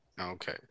Okay